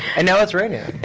and now it's raining.